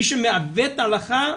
מי שמעוות את ההלכה,